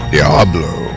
Diablo